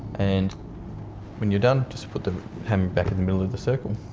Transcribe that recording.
and when you're done just put the hammer back in the middle of the circle.